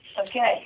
Okay